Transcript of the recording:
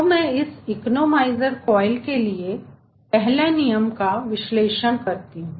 तो मैं इस इकोनोमाइजर कोएल के लिए पहला नियम का विश्लेषण कर सकता हूं